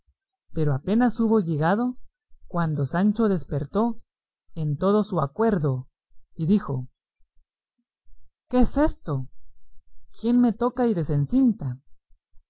pero apenas hubo llegado cuando sancho despertó en todo su acuerdo y dijo qué es esto quién me toca y desencinta yo